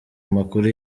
amakuru